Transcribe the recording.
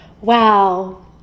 wow